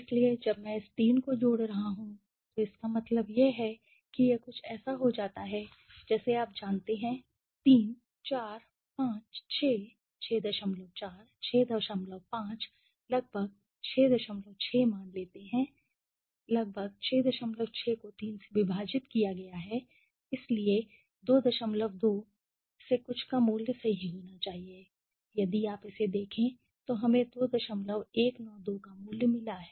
इसलिए जब मैं इस 3 को जोड़ रहा हूं तो इसका मतलब यह है कि यह कुछ ऐसा हो जाता है जैसे आप जानते हैं 3 4 5 6 64 65 लगभग 66 मान लेते हैं कि लगभग 66 को 3 से विभाजित किया गया है इसलिए 22 के आसपास 22 से कुछ का मूल्य सही होना चाहिए यदि आप इसे देखें तो हमें 2192 का मूल्य मिला है